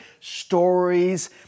stories